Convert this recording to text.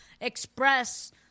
express